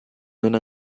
non